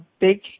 big